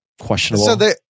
questionable